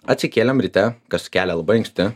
atsikėlėm ryte kas kelia labai anksti